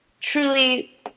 truly